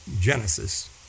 Genesis